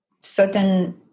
certain